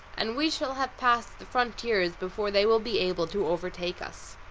and we shall have passed the frontiers before they will be able to overtake us.